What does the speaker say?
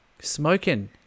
Smoking